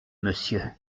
monsieur